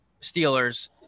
Steelers